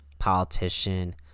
politician